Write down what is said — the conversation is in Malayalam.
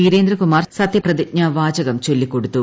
വീരേന്ദ്രകുമാർ സത്യപ്രതിജ്ഞാ വാചകം ചൊല്ലിക്കൊടുത്തു